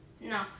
No